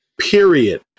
period